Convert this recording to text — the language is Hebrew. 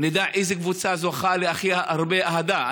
נדע איזו קבוצה זוכה להכי הרבה אהדה.